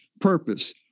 purpose